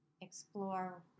explore